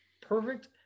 Perfect